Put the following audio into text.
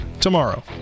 tomorrow